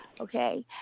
Okay